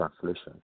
translation